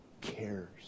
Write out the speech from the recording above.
cares